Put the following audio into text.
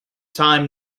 time